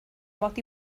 mod